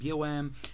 BOM